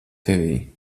tevī